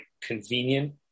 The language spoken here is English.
convenient